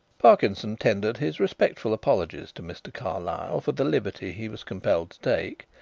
parkinson tendered his respectful apologies to mr. carlyle for the liberty he was compelled to take,